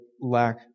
lack